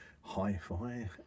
hi-fi